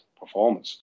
performance